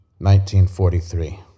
1943